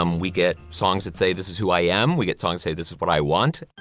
um we get songs that say this is who i am. we get songs hey this is what i want.